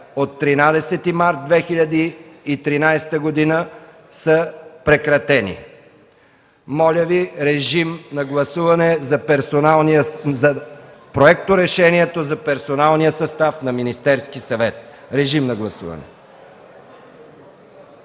от 13 март 2013 г., са прекратени.” Моля Ви, режим на гласуване за Проекторешението за персоналния състав на Министерския съвет. Благодаря